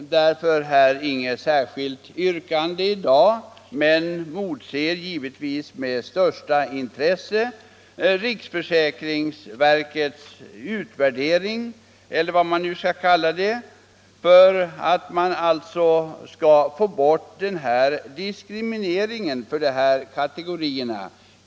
därför inget särskilt yrkande i dag, men motser givetvis med största intresse riksförsäkringsverkets utvärdering — eller vad man nu skall kalla det — så att den diskriminering som enligt förslaget här föreligger elimineras.